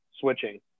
switching